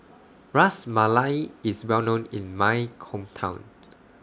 Ras Malai IS Well known in My Hometown